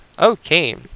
Okay